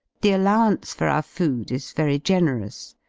the allowance for our food is very generous,